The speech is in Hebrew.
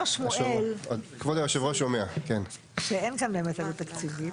אומר שמואל שאין כאן באמת עלות תקציבית.